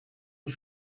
het